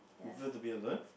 prefer to be alone